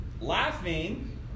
Laughing